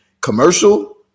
commercial